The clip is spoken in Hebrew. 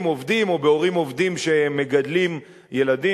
עובדים או בהורים עובדים שמגדלים ילדים.